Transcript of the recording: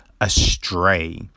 astray